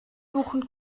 suchen